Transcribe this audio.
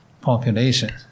population